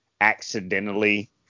accidentally